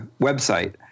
website